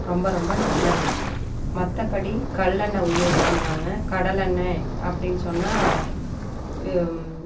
ரொம்ப ரொம்ப நல்லது மற்றபடி கடல்லெண்ண யூஸ் பண்ணுவாங்க கடலெண்ணெய் அப்படின்னு சொன்னா